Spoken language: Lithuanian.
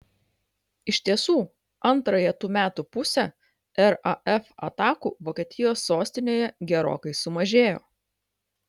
iš tiesų antrąją tų metų pusę raf atakų vokietijos sostinėje gerokai sumažėjo